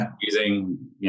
using